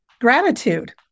Gratitude